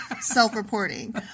self-reporting